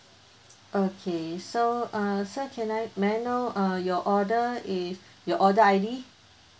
okay so uh so can I may I know uh your order is your order I_D